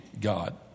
God